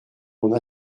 mon